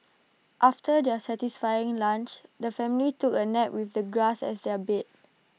after their satisfying lunch the family took A nap with the grass as their bed